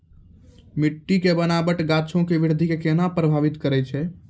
मट्टी के बनावट गाछो के वृद्धि के केना प्रभावित करै छै?